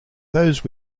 those